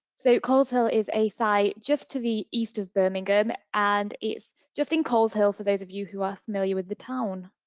so, coleshill is a site just to the east of birmingham. and it's just in coleshill for those of you who are familiar with the town.